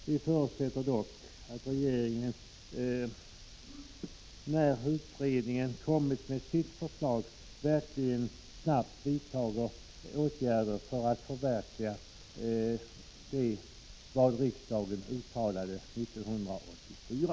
Vi förutsätter dock att regeringen, när utredningen kommit med sitt förslag, verkligen snabbt vidtar åtgärder för att förverkliga det riksdagen uttalade 1984.